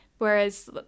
Whereas